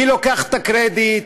מי לוקח את הקרדיט,